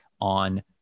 on